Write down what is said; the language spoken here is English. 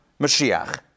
Mashiach